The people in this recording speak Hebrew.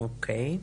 אוקיי.